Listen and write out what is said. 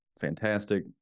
fantastic